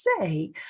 say